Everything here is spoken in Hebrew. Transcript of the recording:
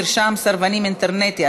מרשם סרבנים אינטרנטי),